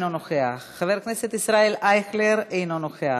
אינו נוכח,